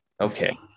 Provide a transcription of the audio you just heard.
Okay